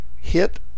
hit